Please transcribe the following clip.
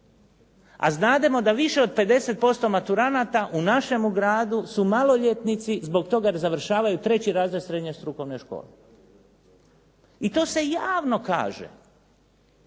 a znademo da više od 50% maturanata u našemu gradu su maloljetnici zbog toga jer završavaju treći razred srednje strukovne škole. I to se javno kaže